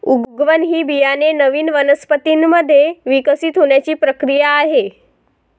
उगवण ही बियाणे नवीन वनस्पतीं मध्ये विकसित होण्याची प्रक्रिया आहे